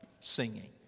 singing